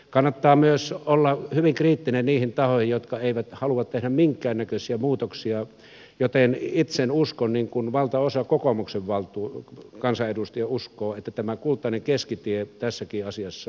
kannattaa olla hyvin kriittinen myös niiden tahojen suhteen jotka eivät halua tehdä minkäännäköisiä muutoksia joten itse uskon niin kuin valtaosa kokoomuksen kansanedustajia uskoo että tämä kultainen keskitie tässäkin asiassa on parasta